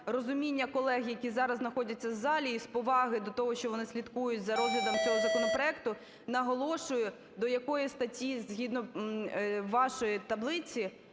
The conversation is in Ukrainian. розуміння колег, які зараз знаходяться в залі і з поваги до того, що вони слідкують за розглядом цього законопроекту, наголошую, до якої статі згідно вашої таблиці